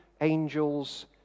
Angels